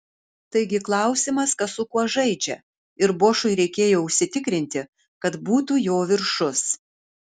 taigi klausimas kas su kuo žaidžia ir bošui reikėjo užsitikrinti kad būtų jo viršus